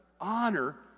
Honor